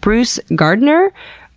bruce gardiner,